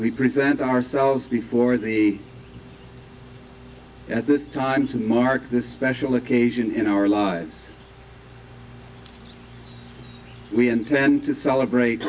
we present ourselves before the at this time to mark this special occasion in our lives we intend to celebrate